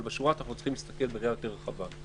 אבל בשורה התחתונה אנחנו צריכים להסתכל בראייה יותר רחבה.